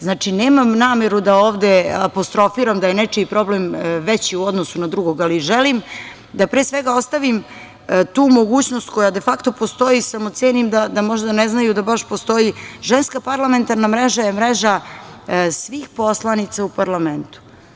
Znači, nemam nameru da ovde apostrofiram da je nečiji problem veći u odnosu na drugog, ali želim da pre svega ostavim tu mogućnost koja de fakto postoji, samo cenim da možda ne znaju da baš postoji Ženska parlamentarna mreža je mreža svih poslanica u parlamentu.